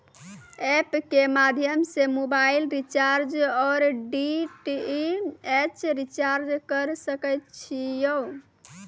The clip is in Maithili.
एप के माध्यम से मोबाइल रिचार्ज ओर डी.टी.एच रिचार्ज करऽ सके छी यो?